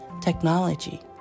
technology